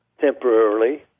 temporarily